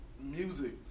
music